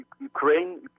Ukraine